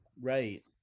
right